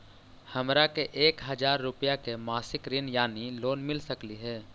हमरा के एक हजार रुपया के मासिक ऋण यानी लोन मिल सकली हे?